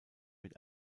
mit